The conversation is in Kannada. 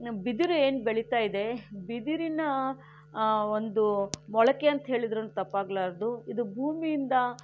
ನಮ್ಮ ಬಿದಿರು ಏನು ಬೆಳೀತಾ ಇದೆ ಬಿದಿರಿನ ಒಂದು ಮೊಳಕೆ ಅಂತ ಹೇಳಿದರೂನೂ ತಪ್ಪಾಗಲಾರದು ಇದು ಭೂಮಿಯಿಂದ